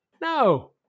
No